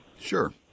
Sure